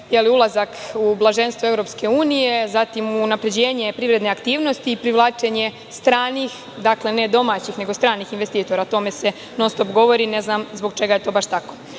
ulazak u blaženstvo EU, zatim unapređenje privredne aktivnosti, privlačenje stranih, dakle, ne domaćih, nego stranih investitora. O tome se non-stop govori, ne znam zbog čega je to baš tako. Kako